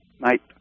night